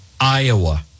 Iowa